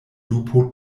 lupo